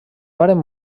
varen